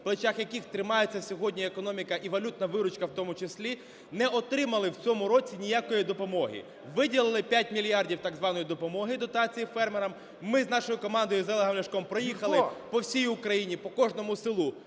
на плечах яких тримається сьогодні економіка і валютна виручка в тому числі, не отримали в цьому році ніякої допомоги. Виділили 5 мільярдів так званої допомоги дотацій фермерам. Ми з нашою командою з Олегом Ляшком проїхали по всій Україні, по кожному селу,